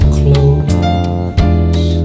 close